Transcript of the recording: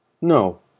No